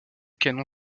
canon